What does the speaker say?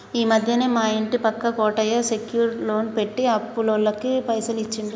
ఈ మధ్యనే మా ఇంటి పక్క కోటయ్య సెక్యూర్ లోన్ పెట్టి అప్పులోళ్లకు పైసలు ఇచ్చిండు